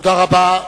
תודה רבה.